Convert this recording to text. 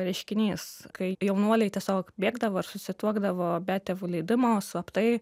reiškinys kai jaunuoliai tiesiog bėgdavo ir susituokdavo be tėvų leidimo slaptai